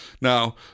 Now